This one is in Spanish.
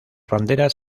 banderas